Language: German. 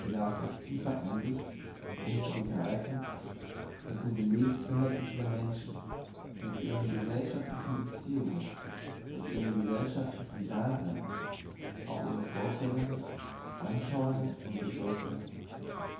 bedarf es tiefer einsicht um zu begreifen daß mit den lebensverhältnissen der menschen mit ihren gesellschaftlichen beziehungen mit ihrem gesellschaftlichen dasein auch ihre vorstellungen anschauungen und begriffe